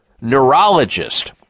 neurologist